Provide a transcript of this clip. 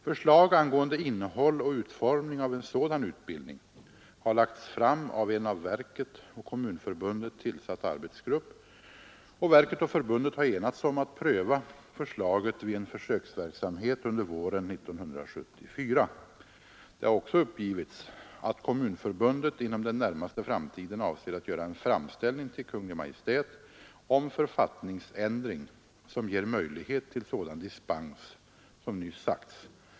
Förslag angående innehåll och utformning av en sådan utbildning har lagts fram av en av verket och Kommunförbundet tillsatt arbetsgrupp, och verket och förbundet har enats om att pröva förslaget vid en försöksverksamhet under våren 1974. Det har också uppgivits att Kommunförbundet inom den närmaste framtiden avser att göra en framställning till Kungl. Maj:t om författningsändring som ger möjlighet till sådan dispens som nyss sagts.